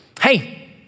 Hey